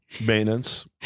maintenance